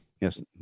Yes